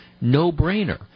no-brainer